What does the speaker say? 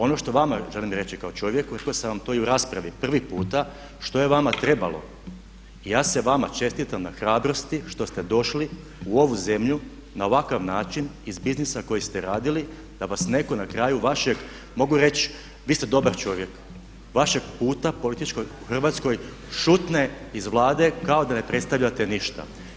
Ono što vama želim reći kao čovjeku, rekao sam vam to i u raspravi prvi puta što je vama trebalo i ja se vama čestitam na hrabrosti što ste došli u ovu zemlju na ovaka način iz biznisa koji ste radili da vas netko na kraju vašeg, mogu reći, vi ste dobar čovjek, vašeg puta političkog u Hrvatskoj šutne iz Vlade kao da ne predstavljate ništa.